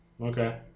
Okay